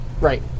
Right